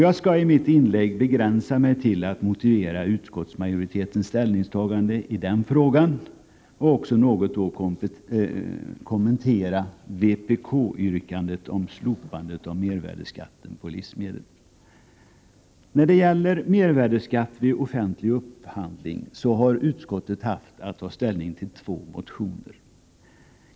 Jag skall i mitt anförande begränsa mig till att motivera utskottsmajoritetens ställningstagande i den frågan och därutöver bara något kommentera vpk-yrkandet om slopande av mervärdeskatten på livsmedel. När det gäller mervärdeskatt vid offentlig upphandling har utskottet haft att ta ställning till två motioner.